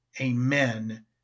Amen